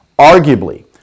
arguably